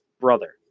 brother